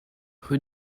rue